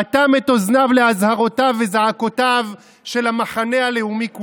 אטם את אוזניו לאזהרותיו וזעקותיו של המחנה הלאומי כולו,